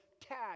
tag